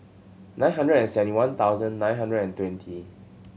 nine hundred and seventy one thousand nine hundred and twenty